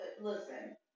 Listen